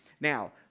Now